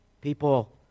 People